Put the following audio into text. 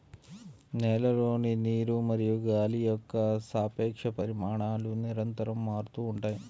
నేలలోని నీరు మరియు గాలి యొక్క సాపేక్ష పరిమాణాలు నిరంతరం మారుతూ ఉంటాయి